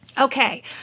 Okay